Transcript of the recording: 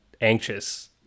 anxious